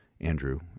Andrew